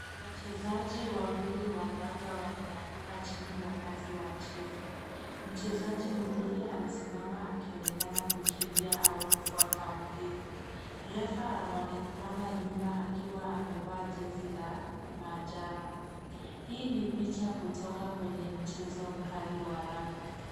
Wachezaji wawili wa raga wameanguka chini wakati wa mchezo. Mchezaji mwingine amesimama akionekana kukimbia au kufuata mpira. Refa anaonekana nyuma akiwa amevaa jezi la manjano. Hii ni picha kutoka kwenye mchezo mkari wa raga.